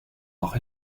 auch